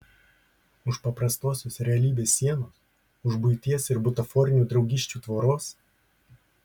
už paprastosios realybės sienos už buities ir butaforinių draugysčių tvoros